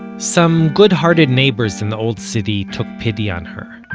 some good-hearted neighbors in the old city took pity on her.